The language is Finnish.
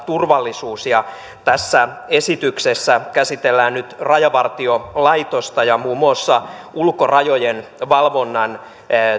turvallisuus ja tässä esityksessä käsitellään nyt rajavartiolaitosta ja muun muassa ulkorajojen valvonnan ja päätöksentekoprosessin